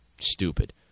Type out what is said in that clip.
Stupid